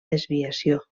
desviació